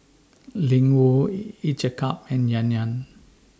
Ling Wu Each A Cup and Yan Yan